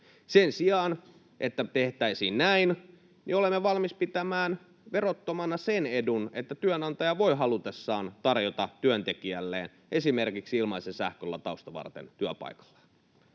Sen sijaan, että me tehtäisiin näin, olemme valmiita pitämään verottomana sen edun, että työnantaja voi halutessaan tarjota työntekijälleen esimerkiksi ilmaisen sähkölatauksen työpaikalla.